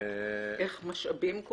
'משאבים'?